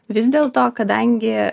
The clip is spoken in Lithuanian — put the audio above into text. vis dėl to kadangi